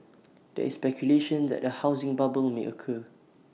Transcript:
there is speculation that A housing bubble may occur